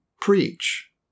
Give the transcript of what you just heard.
preach